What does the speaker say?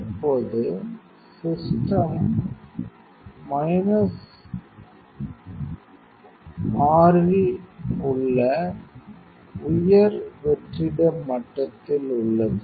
இப்போது system minus 6 இல் உள்ள உயர் வெற்றிட மட்டத்தில் உள்ளது